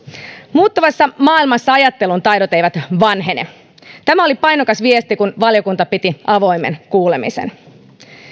muuttuvassa maailmassa ajattelun taidot eivät vanhene tämä oli painokas viesti kun valiokunta piti avoimen kuulemisen